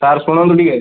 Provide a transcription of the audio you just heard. sir ଶୁଣନ୍ତୁ ଟିକେ